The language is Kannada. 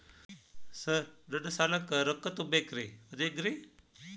ಸರ್ ನನ್ನ ಸಾಲಕ್ಕ ರೊಕ್ಕ ತುಂಬೇಕ್ರಿ ಅದು ಹೆಂಗ್ರಿ?